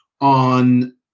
on